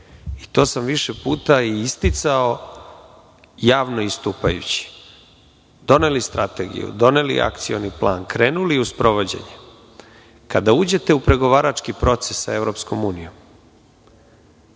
i to sam više puta isticao javno istupajući, doneli strategiju, doneli akcioni plan, krenuli u sprovođenje. Kada uđete u pregovarački proces sa EU,